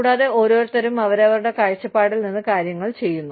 കൂടാതെ ഓരോരുത്തരും അവരവരുടെ കാഴ്ചപ്പാടിൽ നിന്ന് കാര്യങ്ങൾ ചെയ്യുന്നു